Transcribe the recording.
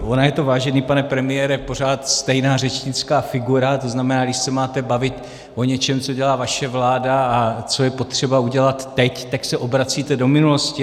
Ona je to, vážený pane premiére, pořád stejná řečnická figura, to znamená, když se máte bavit o něčem, co dělá vaše vláda a co je potřeba udělat teď, tak se obracíte do minulosti.